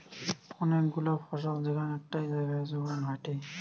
অনেক গুলা ফসল যেখান একটাই জাগায় যোগান হয়টে